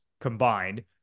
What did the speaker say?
combined